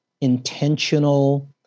intentional